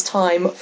time